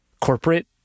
corporate